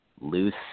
loose